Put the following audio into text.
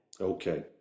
Okay